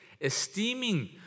esteeming